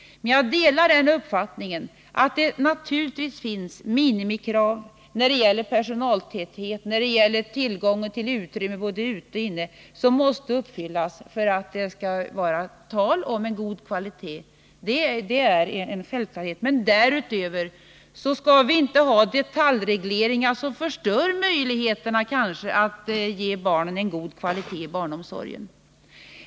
Men jag delar den meningen att det naturligtvis finns minimikrav när det gäller personaltäthet och tillgång till utrymme, både ute och inne, som måste uppfyllas för att det skall kunna vara tal om god kvalitet. Det är en självklarhet. Men därutöver skall vi inte ha detaljregleringar som kanske förstör möjligheterna att ge barnen en god kvalitet i omsorgen om dem.